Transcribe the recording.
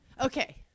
Okay